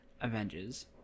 Avengers